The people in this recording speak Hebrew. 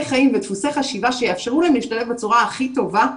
חיים ודפוסי חשיבה שיאפשרו להם להשתלב בצורה הכי טובה בחברה.